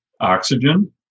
oxygen